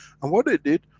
and what they did,